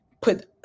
put